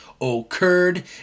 occurred